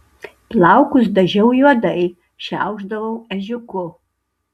plaukus dažiau juodai šiaušdavau ežiuku